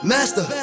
Master